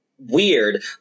Weird